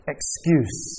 excuse